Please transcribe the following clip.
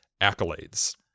accolades